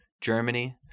Germany